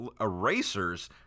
erasers